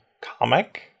comic